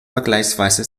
vergleichsweise